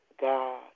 God